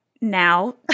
now